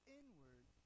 inward